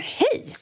hej